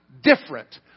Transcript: different